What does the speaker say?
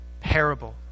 Parable